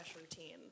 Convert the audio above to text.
routine